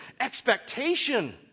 expectation